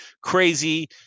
crazy